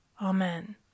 amen